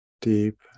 deep